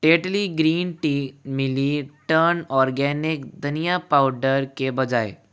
Tetley green tea मिली टर्न organic धनिया पाउडर के बजाय